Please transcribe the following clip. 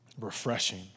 refreshing